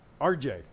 RJ